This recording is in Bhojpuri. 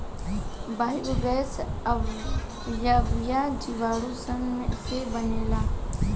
बायोगैस अवायवीय जीवाणु सन से बनेला